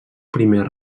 primer